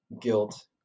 guilt